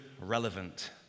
relevant